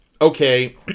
okay